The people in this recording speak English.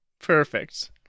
perfect